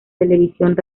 televisión